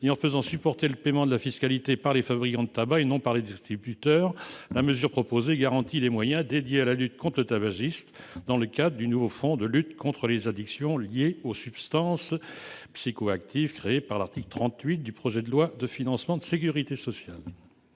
et en faisant supporter le paiement de la fiscalité par les fabricants de tabac, et non plus par les distributeurs, la mesure proposée garantit les moyens dédiés à la lutte contre le tabagisme, dans le cadre du nouveau fonds de lutte contre les addictions liées aux substances psychoactives créé à l'article 38 du présent projet de loi de financement de la sécurité sociale.